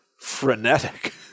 frenetic